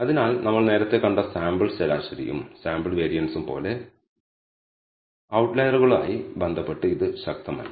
അതിനാൽ നമ്മൾ നേരത്തെ കണ്ട സാമ്പിൾ ശരാശരിയും സാമ്പിൾ വേരിയൻസും പോലെ ഔട്ട്ലയറുകളുമായി ബന്ധപ്പെട്ട് ഇത് ശക്തമല്ല